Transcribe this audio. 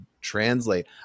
translate